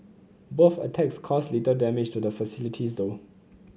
both attacks caused little damage to the facilities though